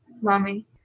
mommy